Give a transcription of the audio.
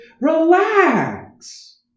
relax